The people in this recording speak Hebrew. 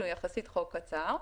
שהוא יחסית חוק קצר.